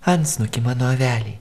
antsnukį mano avelei